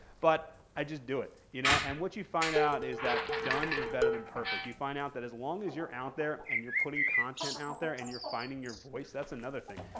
but, i just do it, you know. and what you find out is done is better than perfect. you find out that as long as you're out there and you're putting content out there and you're finding your voice, that's another thing,